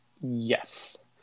yes